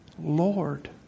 Lord